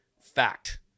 fact